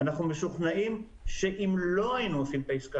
אנחנו משוכנעים שאם לא היינו עושים את העסקה